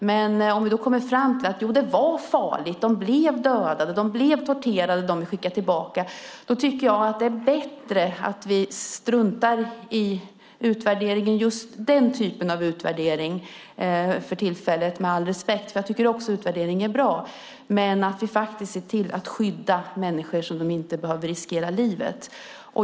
Men om vi då kommer fram till "Jo, det var farligt, de som vi skickade tillbaka blev dödade, de blev torterade", då tycker jag att det är bättre att vi för tillfället struntar i just den typen av utvärdering - med all respekt för utvärderingar, för även jag tycker att utvärdering är bra. Vi bör faktiskt se till att skydda människor så att de inte behöver riskera livet.